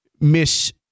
Miss